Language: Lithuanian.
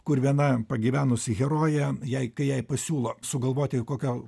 kur viena pagyvenusi herojė jei kai jai pasiūlo sugalvoti kokią